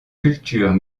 cultures